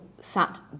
sat